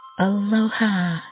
Aloha